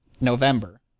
November